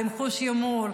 עם חוש הומור,